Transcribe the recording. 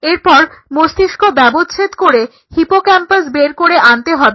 এরপর মস্তিষ্ক ব্যবচ্ছেদ করে হিপোক্যাম্পাস বের করে আনতে হবে